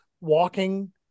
walking